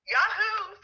Yahoo